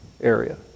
area